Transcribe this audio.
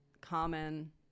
common